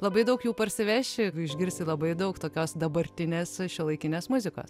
labai daug jų parsiveši išgirsi labai daug tokios dabartinės šiuolaikinės muzikos